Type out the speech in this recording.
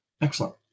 Excellent